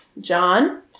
John